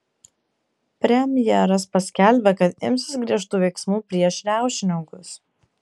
premjeras paskelbė kad imsis griežtų veiksmų prieš riaušininkus